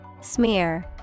Smear